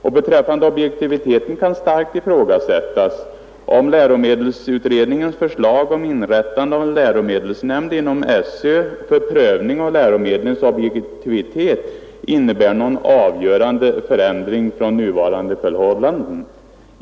När det gäller objektiviteten kan starkt ifrågasättas om läromedelsutredningens förslag om inrättande av en läromedelsnämnd inom SÖ för prövning av läromedlens objektivitet innebär någon avgörande förändring jämfört med nuvarande förhållanden.